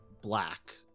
black